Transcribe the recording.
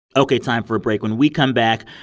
ok. time for a break. when we come back,